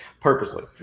Purposely